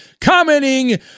commenting